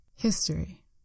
History